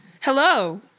Hello